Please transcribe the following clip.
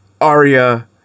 Arya